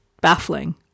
baffling